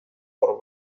por